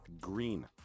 green